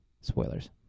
Spoilers